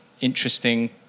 interesting